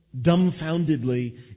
dumbfoundedly